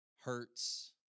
hurts